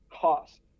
cost